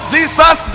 Jesus